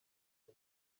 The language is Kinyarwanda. ngo